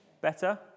Better